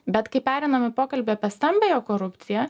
bet kai pereinam į pokalbį apie stambiąją korupciją